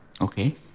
okay